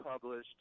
published